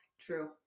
True